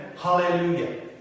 Hallelujah